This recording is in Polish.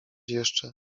jeszcze